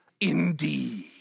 indeed